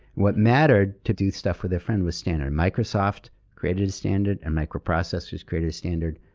what mattered, to do stuff with their friends, was standard. microsoft created a standard and microprocessors created a standard,